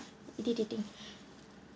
it did it did